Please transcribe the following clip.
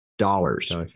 Dollars